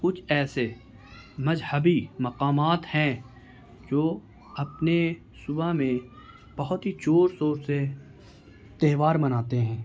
کچھ ایسے مذہبی مقامات ہیں جو اپنے صوبہ میں بہت ہی زور شور سے تہوار مناتے ہیں